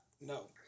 No